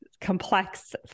complex